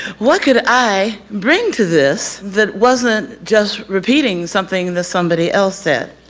what could i bring to this that wasn't just repeating something that somebody else said.